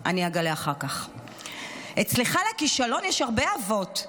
אני אגלה אחר כך, "אצלך לכישלון יש הרבה אבות.